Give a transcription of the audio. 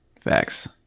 facts